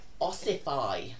Ossify